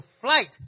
flight